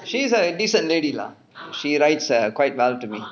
she's a decent lady lah she writes err quite well to me